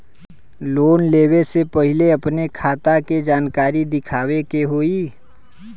Loan लेवे से पहिले अपने खाता के जानकारी दिखावे के होई?